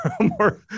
more